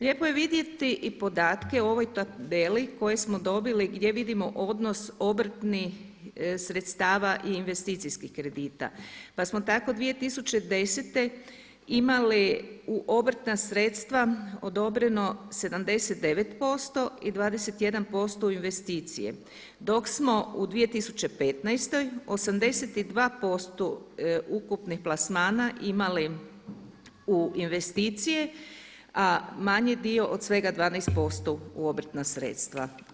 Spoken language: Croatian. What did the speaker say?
Lijepo je vidjeti i podatke u ovoj tabeli koje smo dobili gdje vidimo odnos obrtnih sredstava i investicijskih kredita, pa smo tako 2010. imali u obrtna sredstva odobreno 79% i 21% u investicije, dok smo u 2015. 82% ukupnih plasmana imali u investicije, a manji dio od svega 12% u obrtna sredstva.